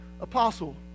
apostle